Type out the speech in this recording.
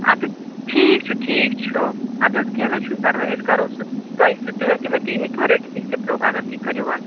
اَدٕ ٹھیٖک چھُ ٹھیٖک چھُ اَدٕ حظ کیٚنٛہہ نَہ حظ چھُنہٕ پرواے أسۍ کرو سُہ تۄہہِ سۭتۍ تُہۍ ؤتو مےٚ تی ہیٚکہِ وٕ رٔٹِتھ یہِ سِپلوک اگر تُہۍ کٔرِون